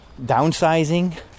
downsizing